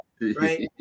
right